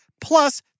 plus